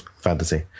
fantasy